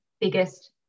biggest